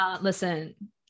Listen